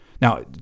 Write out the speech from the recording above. Now